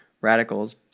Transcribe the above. radicals